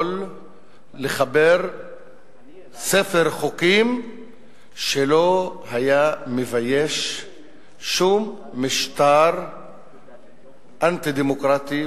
יכול לחבר ספר חוקים שלא היה מבייש שום משטר אנטי-דמוקרטי,